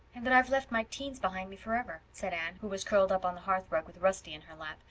and that i've left my teens behind me forever, said anne, who was curled up on the hearth-rug with rusty in her lap,